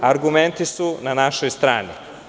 Argumenti su na napoj strani.